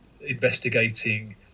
investigating